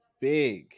big